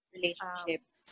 Relationships